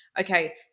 okay